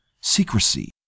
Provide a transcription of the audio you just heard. Secrecy